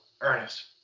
Ernest